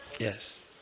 Yes